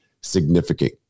significant